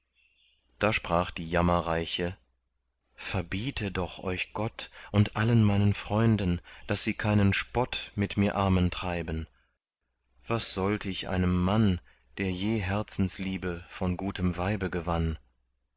da sprach die jammerreiche verbiete doch euch gott und allen meinen freunden daß sie keinen spott mit mir armen treiben was sollt ich einem mann der je herzensliebe von gutem weibe gewann